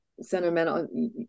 Sentimental